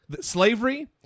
Slavery